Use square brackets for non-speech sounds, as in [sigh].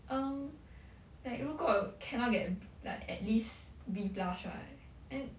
um [breath] like 如果 cannot get like at least B plus right then